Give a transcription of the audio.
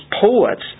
poets